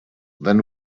then